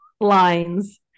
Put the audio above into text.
lines